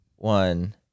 One